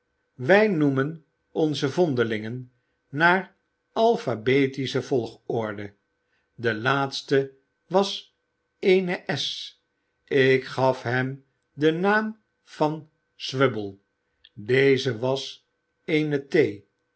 wij noemen onze vondelingen naar alphabetische volgorde de laatste was eene s ik gaf hem den naam van swubble deze was eene t